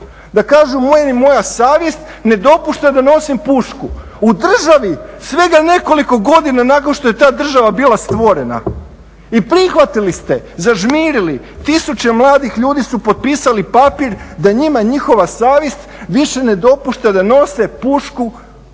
da kažu meni moja savjest ne dopušta da nosim pušku. U državi svega nekoliko godina nakon što je ta država bila stvorena. I prihvatili ste, zažmirili, tisuće mladih ljudi su potpisali papir da je njima njihova savjest više ne dopušta da nose pušku